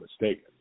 mistaken